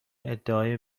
ادعای